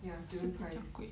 ya student price